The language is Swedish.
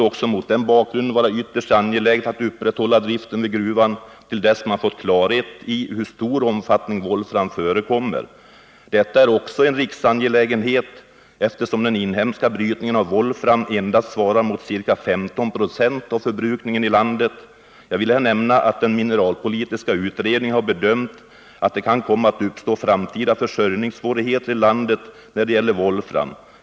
Också mot den bakgrunden borde det vara ytterst angeläget att upprätthålla driften vid gruvan till dess man har fått klarhet i omfattningen av volframförekomsten. Detta är också en riksangelägenhet, eftersom den inhemska brytningen av volfram endast svarar mot ca 15 96 av förbrukningen i landet. Jag vill här nämna att mineralpolitiska utredningen har gjort den bedömningen att det kan komma att uppstå framtida försörjningssvårigheter i landet när det gäller volfram.